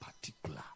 particular